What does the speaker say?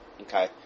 Okay